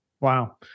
wow